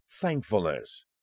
thankfulness